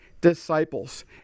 disciples